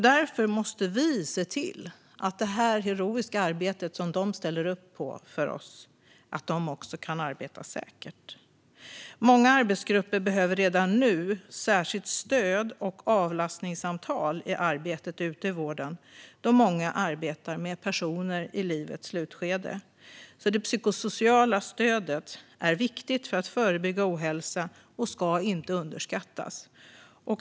Därför måste vi se till att de i detta heroiska arbete, som de ställer upp på för oss, kan arbeta säkert. Många arbetsgrupper behöver redan nu särskilt stöd och avlastningssamtal i arbetet ute i vården, då många arbetar med personer i livets slutskede. Det psykosociala stödet är därför viktigt för att förebygga ohälsa och ska inte underskattas.